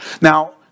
Now